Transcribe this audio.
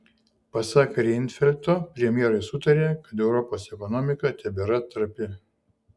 pasak reinfeldto premjerai sutarė kad europos ekonomika tebėra trapi